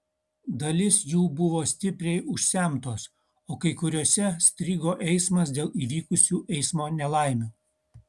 dalis jų buvo stipriai užsemtos o kai kuriose strigo eismas dėl įvykusių eismo nelaimių